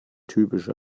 typische